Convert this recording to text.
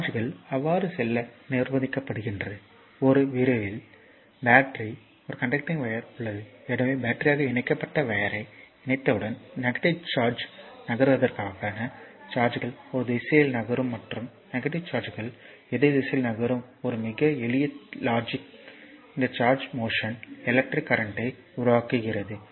சார்ஜ்கள் அவ்வாறு செல்ல நிர்பந்திக்கப்படுகின்றன ஒரு விரைவில் பேட்டரி ஒரு கன்டக்டிங் வையர் உள்ளது எனவே பேட்டரியாக இணைக்கப்பட்ட வையர்யை இணைத்தவுடன் நெகட்டிவ் சார்ஜ்யை நகர்த்துவதற்கான சார்ஜ்கள் ஒரு திசையில் நகரும் மற்றும் நெகட்டிவ் சார்ஜ்கள் எதிர் திசையில் நகரும் ஒரு மிக எளிய லாஜிக் இந்த சார்ஜ் மோஷன் எலக்ட்ரிக் கரண்ட்யை உருவாக்குகிறது